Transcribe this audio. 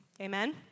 amen